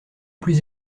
plus